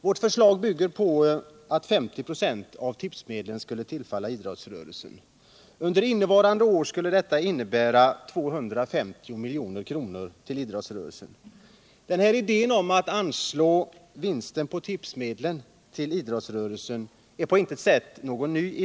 Vårt förslag bygger på att 50 96 av tipsmedlen skulle tillfalla idrottsrörelsen. Under innevarande år skulle detta betyda att 250 miljoner gick till idrottsrörelsen. Denna idé att vinsten på tipsmedlen skall anslås till idrottsrörelsen är på intet sätt ny.